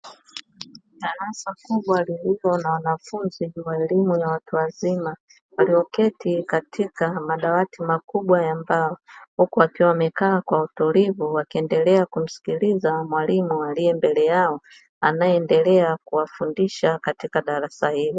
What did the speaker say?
Darasa kubwa lilonawafunzi walio watu wazima wameketi katika madawati makubwa ya mbao huku wamekaa kwa utulivu wakiendelea kumsikiliza mwalimu aliye mbeleyao anayeendelea kuwafundisha katika darasa hilo.